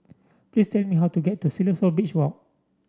please tell me how to get to Siloso Beach Walk